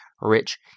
rich